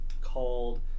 called